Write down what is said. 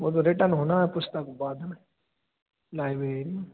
वो तो रिटन होना है पुस्तक बाद में लाइबेरी